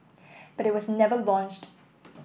but it was never launched